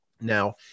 Now